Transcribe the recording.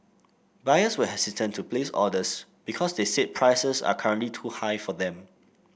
buyers were hesitant to place orders because they said prices are currently too high for them